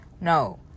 No